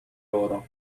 oro